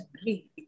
agree